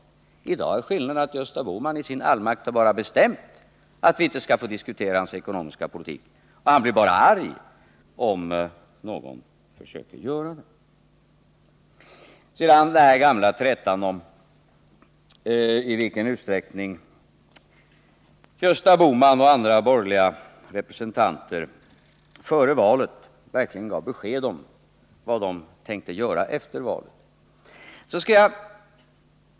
Skillnaden i dagens läge är den att Gösta Bohman nu på grundval av en notering i sin almanacka bestämt att vi inte får diskutera hans ekonomiska politik — om någon försöker göra det blir han bara arg. Jag återkommer så till den gamla trätan i vilken utsträckning Gösta Bohman och andra borgerliga representanter före valet verkligen gav besked om vad de tänkte göra efter valet.